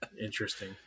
Interesting